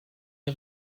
der